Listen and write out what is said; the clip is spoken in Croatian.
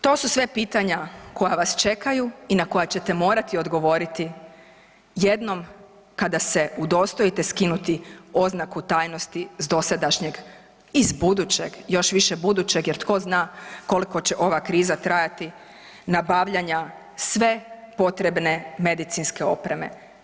To su sve pitanja koja vas čekaju i na koja ćete morati odgovoriti jednom kada se udostojite skinuti oznaku tajnosti sa dosadašnjeg i s budućeg, još više budućeg, jer tko zna koliko će ova kriza trajati nabavljanja sve potrebne medicinske opreme.